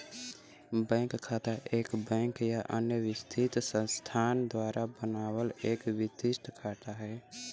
bank खाता एक bank या अन्य वित्तीय संस्थान द्वारा बनावल एक वित्तीय खाता हौ